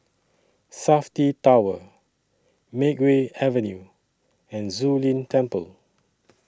Safti Tower Makeway Avenue and Zu Lin Temple